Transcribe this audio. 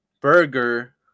burger